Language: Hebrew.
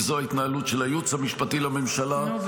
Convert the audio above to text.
וזו ההתנהלות של הייעוץ המשפטי לממשלה -- נו,